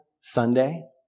Sunday